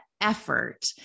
effort